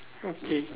okay